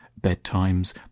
bedtimes